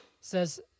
Says